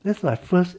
that's my first